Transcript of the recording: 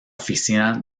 oficina